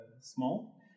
small